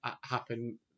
happen